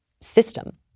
system